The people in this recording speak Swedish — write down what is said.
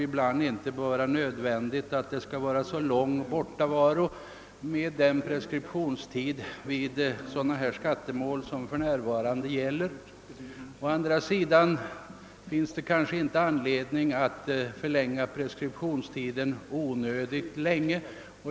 Ibland är det inte nödvändigt att hålla sig borta särskilt länge med den preskriptionstid som för närvarande gäller i skattemål. Å andra sidan finns det kanske inte anledning att förlänga preskriptionstiden onödigt mycket.